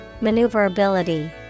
Maneuverability